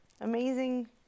amazing